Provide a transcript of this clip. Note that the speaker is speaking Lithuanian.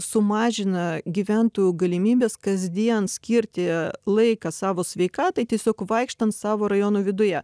sumažina gyventojų galimybes kasdien skirti laiką savo sveikatai tiesiog vaikštant savo rajono viduje